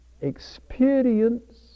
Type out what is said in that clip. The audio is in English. experience